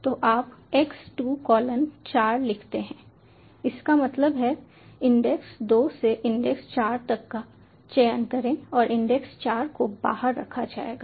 तो आप x 2 colon 4 लिखते हैं इसका मतलब है इंडेक्स 2 से इंडेक्स 4 तक का चयन करें और इंडेक्स 4 को बाहर रखा जाएगा